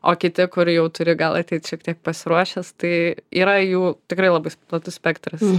o kiti kur jau turi gal ateit šiek tiek pasiruošęs tai yra jų tikrai labai platus spektras